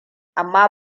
amma